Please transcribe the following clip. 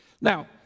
Now